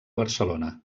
barcelona